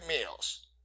meals